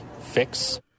fix